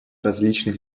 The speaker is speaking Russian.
различных